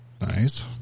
Nice